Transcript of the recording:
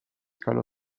calò